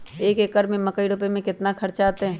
एक एकर में मकई रोपे में कितना खर्च अतै?